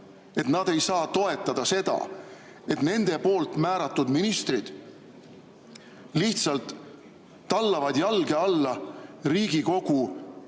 et nad ei saa toetada seda, et nende poolt määratud ministrid lihtsalt tallavad jalge alla Riigikogu